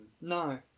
no